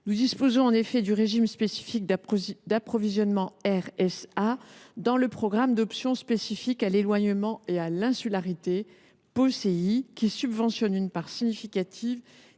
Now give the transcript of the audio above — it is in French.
Nous disposons en effet du régime spécifique d’approvisionnement (RSA) dans le cadre du programme d’options spécifiques à l’éloignement et à l’insularité. Il permet de subventionner une part significative